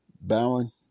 Bowen